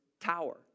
tower